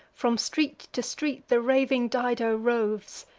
from street to street the raving dido roves.